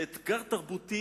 זה אתגר תרבותי,